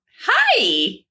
Hi